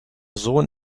sohn